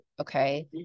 Okay